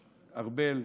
ארבל,